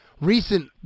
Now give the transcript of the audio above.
Recent